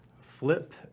flip